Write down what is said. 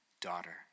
Daughter